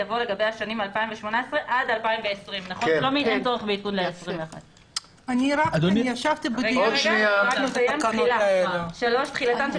יבוא "לגבי השנים 2018 עד 2020". תחילה תחילתן של